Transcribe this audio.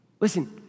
Listen